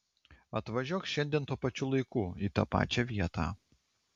atvažiuok šiandien tuo pačiu laiku į tą pačią vietą